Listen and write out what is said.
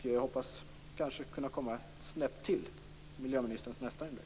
Jag hoppas att kanske kunna komma ett snäpp till i miljöministerns nästa inlägg.